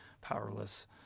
powerless